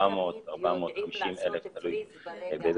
זו בעיה להציג פילוח לפי בנקים.